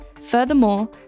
Furthermore